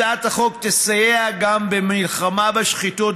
הצעת החוק תסייע גם במלחמה בשחיתות